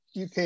UK